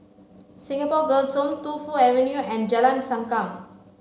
Singapore Girls' Home Tu Fu Avenue and Jalan Sankam